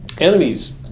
Enemies